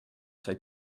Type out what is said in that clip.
said